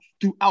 throughout